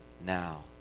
now